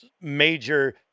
major